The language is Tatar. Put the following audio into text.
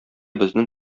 безнең